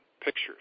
Pictures